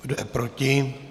Kdo je proti?